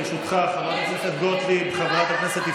אנחנו רואים את זה,